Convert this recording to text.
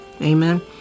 Amen